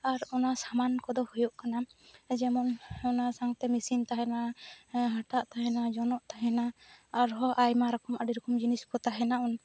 ᱟᱨ ᱚᱱᱟ ᱥᱟᱢᱟᱱ ᱠᱚᱫᱚ ᱦᱩᱭᱩᱜ ᱠᱟᱱᱟ ᱡᱮᱢᱚᱱ ᱚᱱᱟ ᱥᱟᱶᱛᱮ ᱢᱤᱥᱤᱱ ᱛᱟᱦᱮᱱᱟ ᱦᱟᱴᱟᱜ ᱛᱟᱦᱮᱱᱟ ᱡᱚᱱᱚᱜ ᱛᱟᱦᱮᱱᱟ ᱟᱨ ᱦᱚᱸ ᱟᱭᱢᱟ ᱨᱚᱠᱚᱢ ᱟᱹᱰᱤ ᱨᱚᱠᱚᱢ ᱡᱤᱱᱤᱥ ᱠᱚ ᱛᱟᱦᱮᱱᱟ